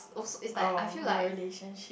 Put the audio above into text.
oh your relationship